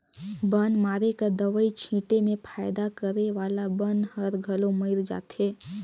बन मारे कर दवई छीटे में फायदा करे वाला बन हर घलो मइर जाथे